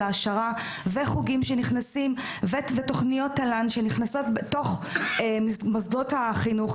של העשרה וחוגים שנכנסים ותוכניות תל"ן שנכנסות בתוך מוסדות החינוך,